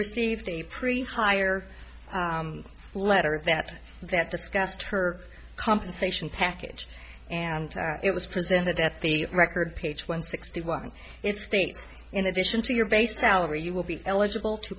received the pre fire letter that that discussed her compensation package and it was presented at the record page one sixty one it states in addition to your base salary you will be eligible to